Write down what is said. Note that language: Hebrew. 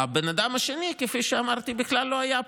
האדם השני, כפי שאמרתי, בכלל לא היה פה,